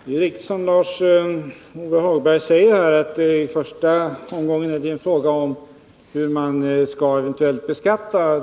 Herr talman! Det är riktigt, som Lars-Ove Hagberg säger, att det i första omgången är fråga om att ta ställning till om man skall beskatta